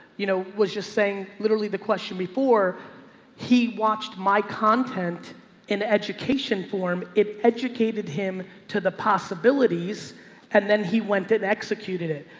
you know was just saying, literally the question before he watched my content in education form it, educated him to the possibilities and then he went and executed it.